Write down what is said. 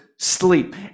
Sleep